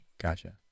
Gotcha